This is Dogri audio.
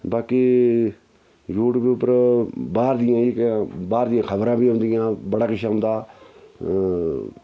बाकी यू ट्यूब उप्पर बाह्र दियां जेह्कियां बाह्र दियां खबरां बी औंदियां बड़ा किश औंदा